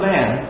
Man